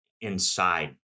inside